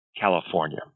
California